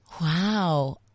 Wow